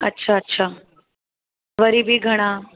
अच्छा अच्छा वरी बि घणा